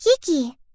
Kiki